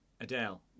Adele